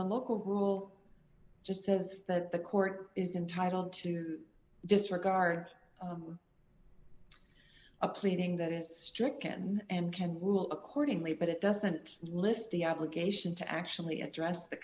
the local rule just says that the court is entitled to disregard a pleading that is strict can and can will accordingly but it doesn't lift the obligation to actually address the